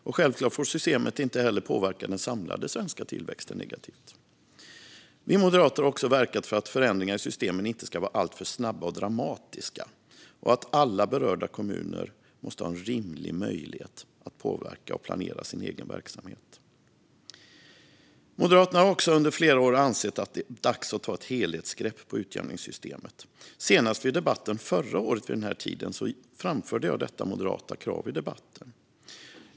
Och självklart får systemet inte heller påverka den samlade svenska tillväxten negativt. Vi moderater har också verkat för att förändringar i systemen inte ska vara alltför snabba och dramatiska och för att alla berörda kommuner måste ha en rimlig möjlighet att påverka och planera sin egen verksamhet. Moderaterna har också under flera år ansett att det är dags att ta ett helhetsgrepp om utjämningssystemet. Senast vid debatten förra året vid denna tid framförde jag detta moderata krav.